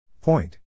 Point